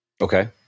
Okay